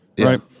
Right